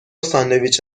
ساندویچ